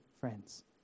friends